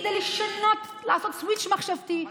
כדי לשנות, לעשות סוויץ' מחשבתי.